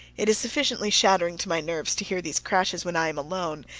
it is sufficiently shattering to my nerves to hear these crashes when i am alone,